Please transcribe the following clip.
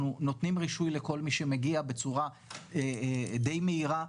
נותנים רישוי לכל מי שמגיע בצורה די מהירה.